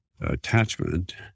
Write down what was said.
attachment